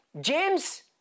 James